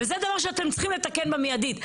זה דבר שאתם צריכים לתקן באופן מיידי,